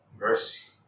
mercy